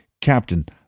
Captain